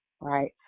right